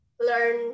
learn